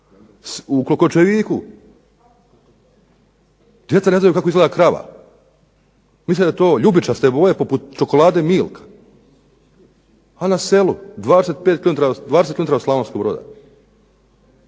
U Klokočeviku djeca ne znaju kako izgleda krava. Misle da je to ljubičaste boje poput čokolade Milka, a na selu, 20 km od Slavonskog Broda.